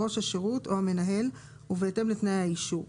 ראש השירות או המנהל ובהתאם לתנאי האישור,